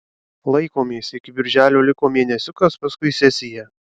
laikomės iki birželio liko mėnesiukas paskui sesija